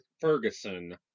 Ferguson